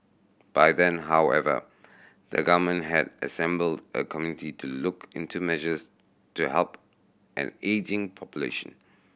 by then however the government had assembled a committee to look into measures to help an ageing population